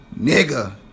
Nigga